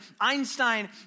Einstein